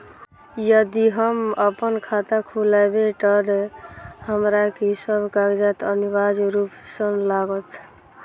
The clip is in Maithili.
यदि हम अप्पन खाता खोलेबै तऽ हमरा की सब कागजात अनिवार्य रूप सँ लागत?